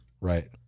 Right